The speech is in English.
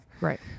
Right